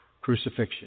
crucifixion